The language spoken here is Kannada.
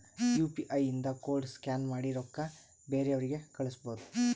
ಯು ಪಿ ಐ ಇಂದ ಕೋಡ್ ಸ್ಕ್ಯಾನ್ ಮಾಡಿ ರೊಕ್ಕಾ ಬೇರೆಯವ್ರಿಗಿ ಕಳುಸ್ಬೋದ್